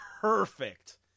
Perfect